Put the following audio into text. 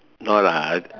no lah